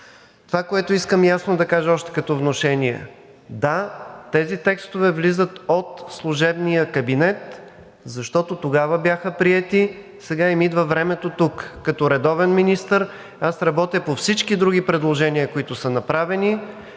Това, което искам ясно да кажа още като внушение – да, тези текстове влизат от служебния кабинет, защото тогава бяха приети, сега им идва времето тук. Като редовен министър аз работя по всички други предложения, които са направени.